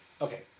Okay